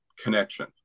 connection